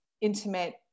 intimate